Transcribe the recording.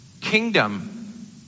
kingdom